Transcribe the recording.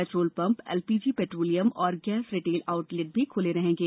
petrol pump LPG petroleum और gas retail outlet भी खुले रहेंगे